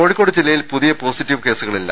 കോഴിക്കോട് ജില്ലയിൽ പുതിയ പോസിറ്റീവ് കേസുകളില്ല